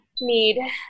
need